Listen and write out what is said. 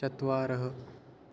चत्वारः